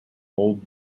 old